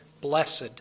Blessed